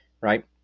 right